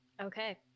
Okay